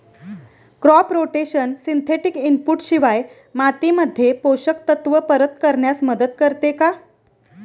Crop rotation synthetic input शिवाय मातीमध्ये पोषक तत्त्व परत करण्यास मदत करते का?